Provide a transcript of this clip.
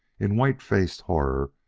in white-faced horror,